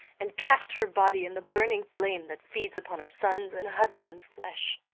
and cast her body in the burning flame that feeds upon her son's and husband's flesh.